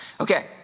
Okay